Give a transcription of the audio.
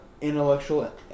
intellectual